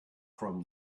from